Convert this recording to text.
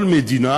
כל מדינה